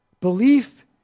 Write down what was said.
belief